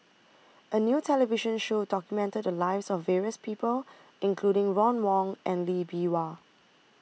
A New television Show documented The Lives of various People including Ron Wong and Lee Bee Wah